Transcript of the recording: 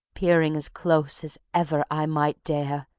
peering as close as ever i might dare,